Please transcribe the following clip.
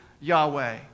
Yahweh